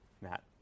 Matt